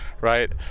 right